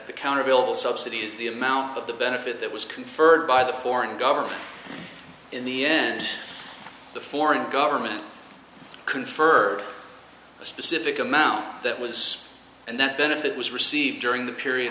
the counter bill subsidies the amount of the benefit that was conferred by the foreign government in the end the foreign government confer a specific amount that was and that benefit was received during the period